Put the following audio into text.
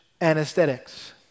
anesthetics